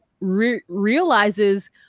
realizes